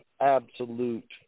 absolute